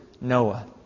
Noah